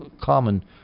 common